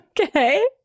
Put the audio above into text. Okay